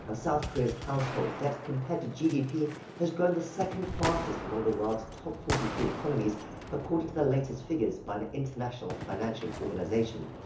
ah south korea's household debt compared to gdp has grown the second fastest among the world's top forty three economies according to the latest figures by an international financial organization.